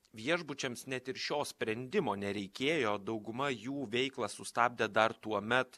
viešbučiams net ir šio sprendimo nereikėjo dauguma jų veiklą sustabdė dar tuomet